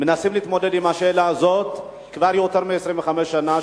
מנסים להתמודד עם השאלה הזו כבר יותר מ-25 שנה,